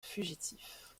fugitif